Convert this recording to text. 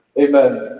Amen